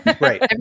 right